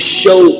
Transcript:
show